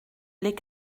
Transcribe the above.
les